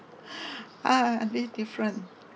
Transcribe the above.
ah a bit different